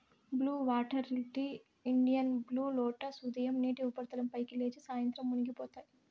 blue water lily, Indian blue lotus ఉదయం నీటి ఉపరితలం పైకి లేచి, సాయంత్రం మునిగిపోతాయి